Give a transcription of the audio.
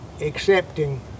accepting